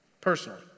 Personally